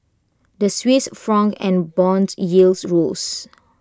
the Swiss Franc and Bond yields rose